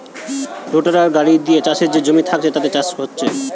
রোটাটার গাড়ি দিয়ে চাষের যে জমি থাকছে তাতে চাষ হচ্ছে